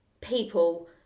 People